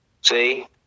see